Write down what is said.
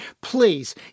please